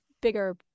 bigger